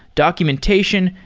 documentation,